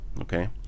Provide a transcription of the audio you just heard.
Okay